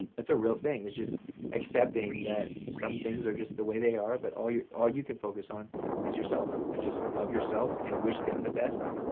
and that's a real thing, just accepting that some things are just the way they are, but all you all you can focus on is yourself. and just love yourself and wish them the best,